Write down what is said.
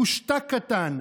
פושטק קטן.